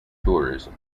tourism